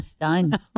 Done